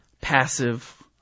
passive